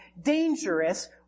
dangerous